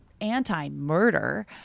anti-murder